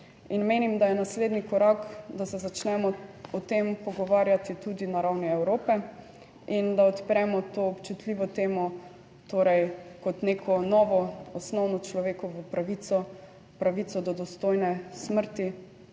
In menim, da je naslednji korak, da se začnemo o tem pogovarjati tudi na ravni Evrope in da odpremo to občutljivo temo torej kot neko novo osnovno človekovo pravico - pravico do dostojne smrti